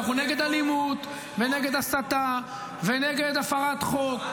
אנחנו נגד אלימות ונגד הסתה ונגד הפרת חוק,